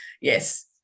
Yes